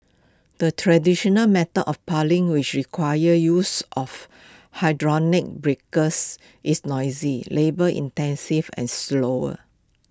the traditional method of piling which requires use of hydraulic breakers is noisy labour intensive and slower